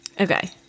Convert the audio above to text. Okay